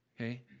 okay